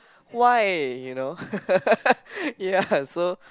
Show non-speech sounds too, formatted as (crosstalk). why you know (laughs) ya so